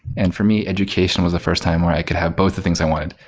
and for me, education was the first time where i could have both the things i wanted,